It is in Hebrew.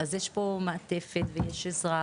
אז יש פה מעטפת ויש עזרה,